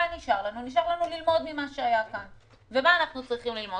נשאר לנו ללמוד ממה שהיה כאן ואנחנו צריכים ללמוד